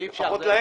אי אפשר.